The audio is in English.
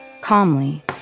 calmly